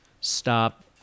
stop